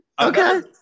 Okay